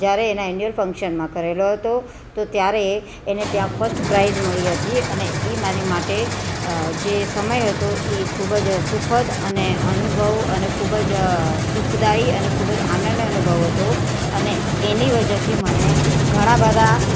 જ્યારે એનાં એન્યુઅલ ફંક્શનમાં કરેલો હતો તો ત્યારે એને ત્યાં ફસ્ટ પ્રાઇઝ મળી હતી અને એ મારી માટે જે સમય હતો એ ખૂબ જ સુખદ અને અનુભવ અને ખૂબ જ સુખદાઈ અને ખૂબ જ નન્ય અનુભવ હતો અને એની વજહથી મને ઘણાબધા